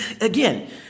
again